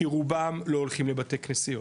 כי רובם לא הולכים לבתי כנסת,